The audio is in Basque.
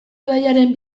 ibaiaren